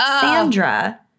Sandra